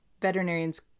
veterinarians